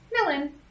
melon